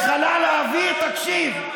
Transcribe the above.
על הכחשת השואה, תקשיב קודם.